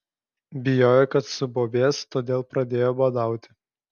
bijojo kad subobės todėl pradėjo badauti